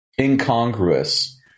incongruous